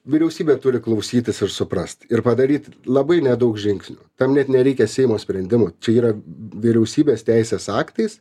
vyriausybė turi klausytis ir suprast ir padaryt labai nedaug žingsnių tam net nereikia seimo sprendimų čia yra vyriausybės teisės aktais